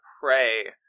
pray